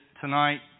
tonight